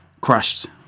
crushed